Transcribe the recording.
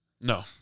No